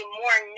more